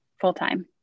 full-time